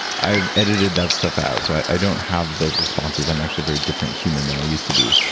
i've edited that stuff out so i don't have those responses. i'm actually a very different human than i used to be.